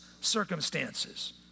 circumstances